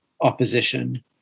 opposition